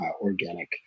organic